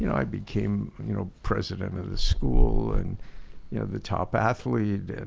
you know i became you know president of the school and yeah the top athlete.